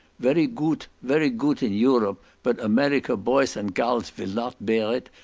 very goot, very goot in europe, but america boys and gals vill not bear it,